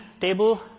table